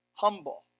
Humble